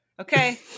Okay